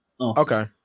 Okay